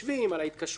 על ההתקשרויות,